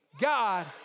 God